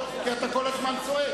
לא שמעת.